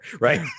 Right